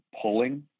pulling